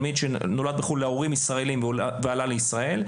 שנולד בחו"ל להורים ישראלים ועלה לישראל,